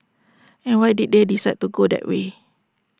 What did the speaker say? and why did they decide to go that way